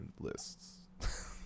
lists